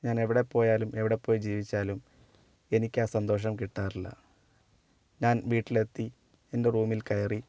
ഞാൻ എവിടെ പോയാലും എവിടെ പോയി ജീവിച്ചാലും എനിക്കാ സന്തോഷം കിട്ടാറില്ല ഞാൻ വീട്ടിലെത്തി എൻ്റെ റൂമിൽ കയറി